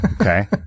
Okay